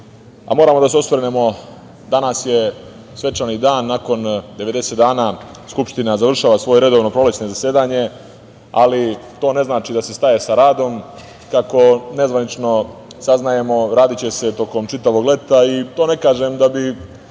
takođe. Moramo da se osvrnemo, danas je svečani dan. Nakon 90 dana Skupština završava svoje redovno prolećno zasedanje, ali to ne znači da se staje sa radom. Kako nezvanično saznajemo, radiće se tokom čitavog lega i to ne kažem da bi